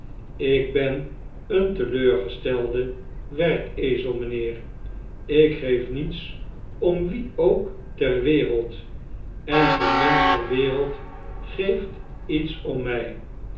ik ben een teleurgestelde werkezel mpheer ik geef niets om wien ook ter wereld en geen mensch ter wereld geeft iets om my